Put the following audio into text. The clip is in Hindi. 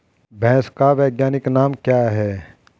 भैंस का वैज्ञानिक नाम क्या है?